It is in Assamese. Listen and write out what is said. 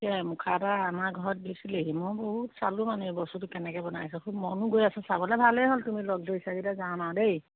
সেয়াই মুখা এটা আমাৰ ঘৰত দিছিলেহি মই বহুত চালোঁ মানে বস্তুটো কেনেকৈ বনাইগৈ মনো গৈ আছে চাবলৈ ভালেই হ'ল তুমি লগ ধৰিছা যেতিয়া যাম আৰু দেই